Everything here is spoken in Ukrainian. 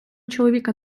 чоловіка